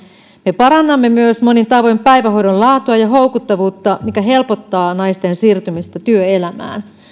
me parannamme myös monin tavoin päivähoidon laatua ja houkuttelevuutta mikä helpottaa naisten siirtymistä työelämään